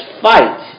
fight